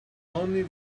only